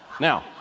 Now